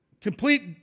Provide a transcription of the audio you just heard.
Complete